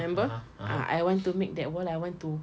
remember ah I want to make that wall I want to